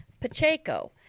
Pacheco